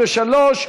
33),